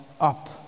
up